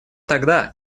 тогда